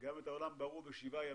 גם את העולם בראו בשבעה ימים,